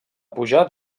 pujar